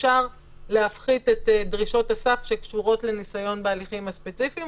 אפשר להפחית את דרישות הסף שקשורות לניסיון בהליכים הספציפיים,